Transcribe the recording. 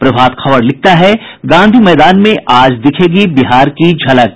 प्रभात खबर लिखता है गांधी मैदान में आज दिखेगी बिहार की झलक